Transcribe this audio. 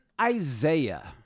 isaiah